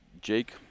Jake